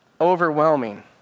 overwhelming